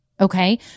Okay